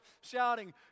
shouting